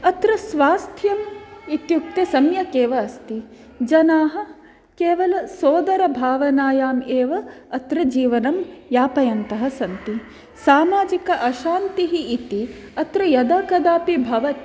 अत्र स्वास्थ्यम् इत्युक्ते सम्यक् एव अस्ति जनाः केवलं सोदरभावनायाम् एव अत्र जीवनं यापयन्तः सन्ति सामाजिक अशान्तिः इति अत्र यदा कदापि भवति